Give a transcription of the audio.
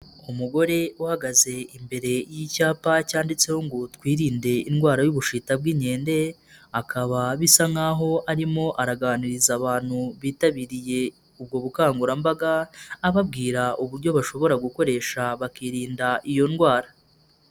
Umugore uhagaze imbere y'icyapa cyanditseho ngo twirinde indwara y'ubushita bw'inkende, akaba bisa nk'aho arimo araganiriza abantu bitabiriye ubwo bukangurambaga ababwira uburyo bashobora gukoresha bakirinda iyo ndwara.